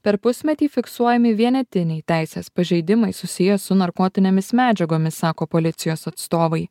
per pusmetį fiksuojami vienetiniai teisės pažeidimai susiję su narkotinėmis medžiagomis sako policijos atstovai